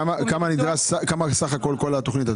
את יודעת כמה בסך הכול כל התוכנית?